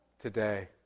today